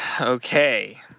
Okay